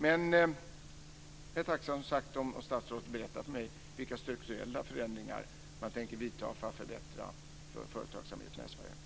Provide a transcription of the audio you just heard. Jag är som sagt tacksam om statsrådet berättar för mig vilka strukturella förändringar man tänker vidta för att förbättra för företagsamheten här i Sverige.